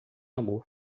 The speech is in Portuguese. amor